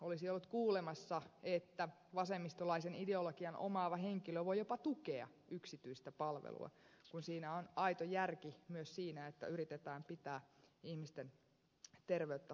olisi ollut kuulemassa että vasemmistolaisen ideologian omaava henkilö voi jopa tukea yksityistä palvelua kun siinä on aito järki myös siinä että yritetään pitää ihmisten terveyttä hallinnassa